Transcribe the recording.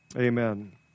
Amen